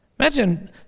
Imagine